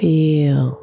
Feel